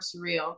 surreal